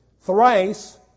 thrice